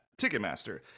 Ticketmaster